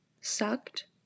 sucked